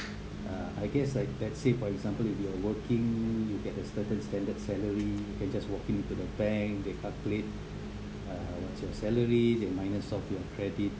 uh I guess like let's say for example if you are working you get a certain standard salary you can just walk into the bank they calculate uh what's your salary they minus off your credit